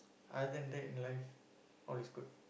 other than that in life all is good